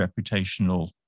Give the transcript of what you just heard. reputational